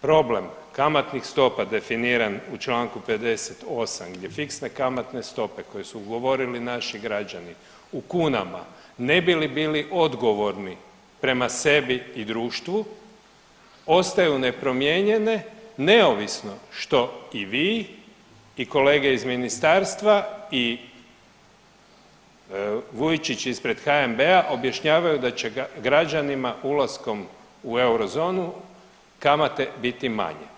Problem kamatnih stopa definiran u članku 58. gdje fiksne kamatne stope koje su ugovorili naši građani u kunama ne bi li bili odgovorni prema sebi i društvu ostaju nepromijenjene neovisno što i vi i kolege iz ministarstva i Vujčić ispred HNB-a objašnjavaju da će građanima ulaskom u eurozonu kamate biti manje.